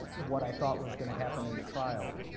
what i thought was going to happen in the trial,